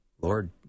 Lord